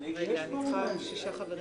אני מחדש את הישיבה.